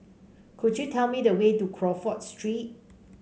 could you tell me the way to Crawford Street